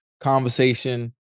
conversation